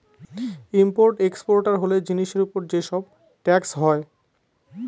import exporter হলে জিনিসের উপর যে সব ট্যাক্স হয়